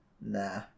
nah